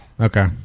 Okay